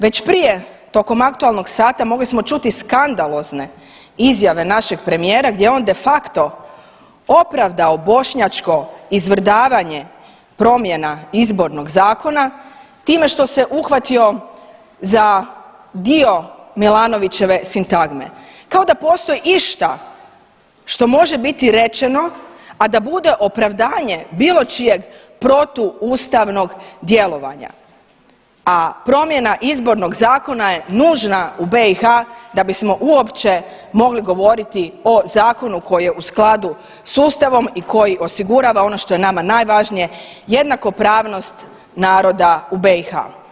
Već prije tokom aktualnog sata mogli smo čuti skandalozne izjave našeg premijera gdje je on de facto opravdao bošnjačko izvrdavanje promjena Izbornog zakona time što se uhvatio za dio Milanovićeve sintagme, kao da postoji išta što može biti rečeno, a da bude opravdanje bilo čijeg protuustavnog djelovanja, a promjena Izbornog zakona je nužna u BiH da bismo uopće mogli govoriti o zakonu koji je u skladu s ustavom i koji osigurava ono što je nama najvažnije jednakopravnost naroda u BiH.